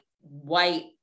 white